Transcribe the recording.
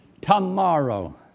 Tomorrow